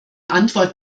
antwort